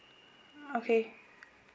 okay